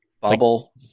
bubble